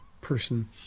person